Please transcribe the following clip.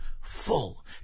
full